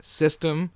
system